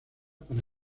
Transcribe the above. para